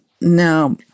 now